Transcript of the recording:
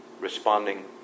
responding